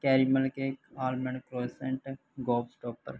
carry milk cake almond croissant ਬੋਪਕੋਪਰ